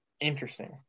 interesting